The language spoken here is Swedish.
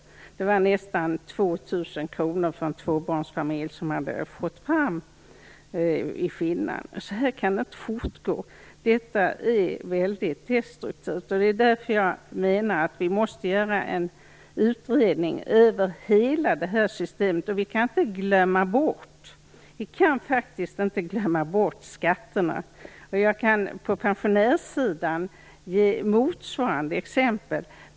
Skillnaden var nästan 2 000 kr mellan de båda tvåbarnsfamiljerna. Så här kan det inte fortgå. Detta är väldigt destruktivt. Det är därför jag menar att man måste utreda hela systemet. Vi kan faktiskt inte glömma bort skatterna. Jag kan på pensionärssidan ge motsvarande exempel.